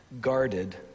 guarded